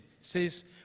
says